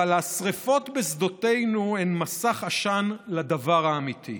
אבל השרפות בשדותינו הן מסך עשן לדבר האמיתי.